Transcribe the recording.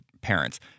parents